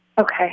Okay